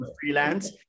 freelance